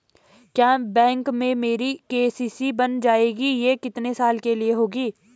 क्या बैंक में मेरी के.सी.सी बन जाएगी ये कितने साल के लिए होगी?